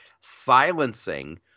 silencing